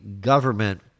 government